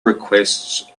requests